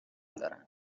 دارن